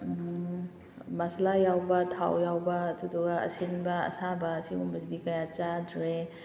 ꯃꯁꯥꯂꯥ ꯌꯥꯎꯕ ꯊꯥꯎ ꯌꯥꯎꯕ ꯑꯗꯨꯗꯨꯒ ꯑꯁꯤꯟꯕ ꯑꯁꯥꯕ ꯑꯁꯤꯒꯨꯝꯕꯁꯤꯗꯤ ꯀꯌꯥ ꯆꯥꯗ꯭ꯔꯦ